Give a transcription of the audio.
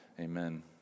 Amen